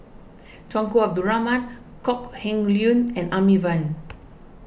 Tunku Abdul Rahman Kok Heng Leun and Amy Van